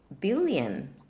billion